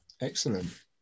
Excellent